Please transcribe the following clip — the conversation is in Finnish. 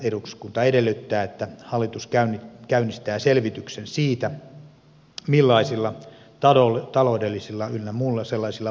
eduskunta edellyttää että hallitus käynnistää selvityksen siitä millaisia taloudellisia ynnä muuta sellaista